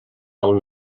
del